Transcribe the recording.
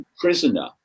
prisoner